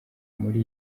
muri